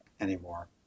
anymore